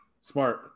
Smart